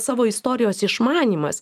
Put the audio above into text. savo istorijos išmanymas